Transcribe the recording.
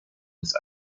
des